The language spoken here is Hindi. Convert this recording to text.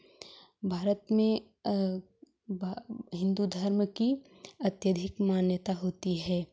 भारत में हिंदू धर्म की अत्यधिक मान्यता होती है